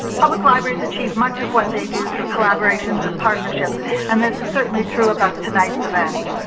public libraries achieve much of what they do through collaborations and partnerships and this is certainly true about tonight's event.